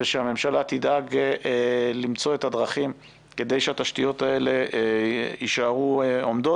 ושהממשלה תדאג למצוא את הדרכים כדי התשתיות האלה יישארו עומדות.